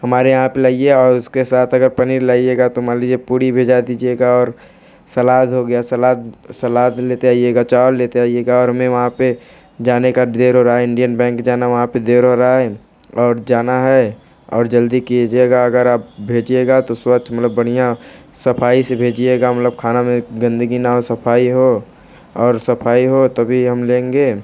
हमारे यहाँ पे लाइए औ उसके साथ अगर पनीर लाइयेगा तो मान लीजिए पूड़ी भेजा दीजिएगा और सलाद हो गया सलाद सलाद लेते आइएगा चावल लेते आइएगा और हमें वहाँ पे जाने का देर हो रहा है इंडियन बैंक जाना वहाँ पे देर हो रहा है और जाना है और जल्दी कीजिएगा अगर आप भेजिएगा तो स्वच्छ मतलब बढ़िया सफाई से भेजिएगा मतलब खाना में गंदगी ना हो सफाई हो और सफाई हो तभी हम लेंगे